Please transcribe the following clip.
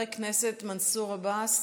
חבר הכנסת מנסור עבאס,